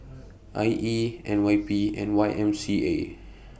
I E N Y P and Y M C A